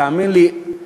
תאמין לי,